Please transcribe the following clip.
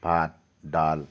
ভাত ডাল